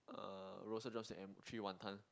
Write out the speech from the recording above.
uh roasted drumstick and three wanton